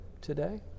today